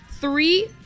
three